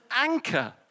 anchor